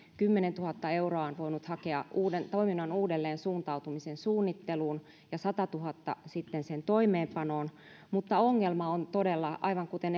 kymmenentuhatta euroa on voinut hakea toiminnan uudelleensuuntautumisen suunnitteluun ja sadantuhannen sitten sen toimeenpanoon raha sinänsä on erittäin tarpeeseen mutta ongelma on todella se että aivan kuten